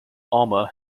alma